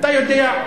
אתה יודע,